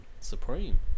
Supreme